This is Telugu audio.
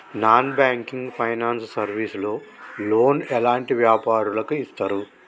నాన్ బ్యాంకింగ్ ఫైనాన్స్ సర్వీస్ లో లోన్ ఎలాంటి వ్యాపారులకు ఇస్తరు?